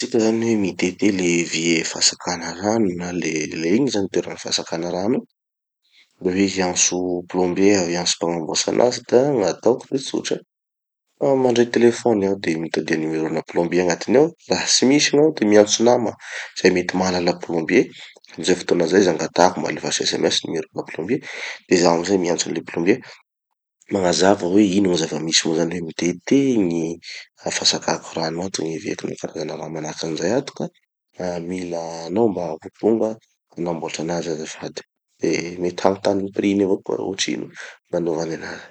Hita zany hoe mitete le evier fatsakana rano na le, le igny zany toerana fatsakana rano. Hoe hiantso plombier aho hiantso mpagnamboatsy anazy da gn'ataoko de tsotra. Ah mandray telefony aho de mitadia numerona plombier agnatiny ao. Raha tsy misy gn'ao de miantso nama ze mety mahalala plombier. Amy zay fotoana zay izy angatahako: mba alefaso sms numerona plombier. De zaho amizay miantso any le plombier, magnazava hoe ino gny zava-misy ao zany hoe: mitete gny ah fatsakako rano ato, gny evier na karazana raha manahaky anizay ato ka mila anao mba ho tonga hanamboatry anazy azafady. De mety hagnotany gny prix-ny avao koa aho hotrino gn'anovany anazy.